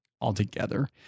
altogether